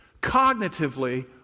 cognitively